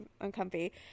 uncomfy